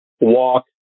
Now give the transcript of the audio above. walk